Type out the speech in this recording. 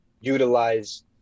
utilize